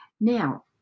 Now